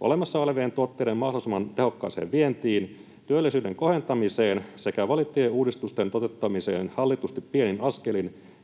olemassa olevien tuotteiden mahdollisimman tehokkaaseen vientiin, työllisyyden kohentamiseen sekä valittujen uudistusten toteuttamiseen hallitusti pienin askelin